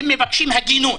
הם מבקשים הגינות,